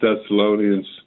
Thessalonians